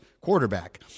quarterback